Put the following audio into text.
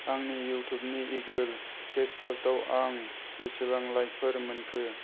आंनि इयटुबनि इगोल केक पस्टाव आं बेसेबां लाइकफोर मोनखो